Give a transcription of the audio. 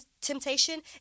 temptation